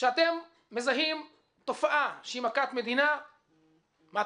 כשאתם מזהים תופעה שהיא מכת מדינה מה,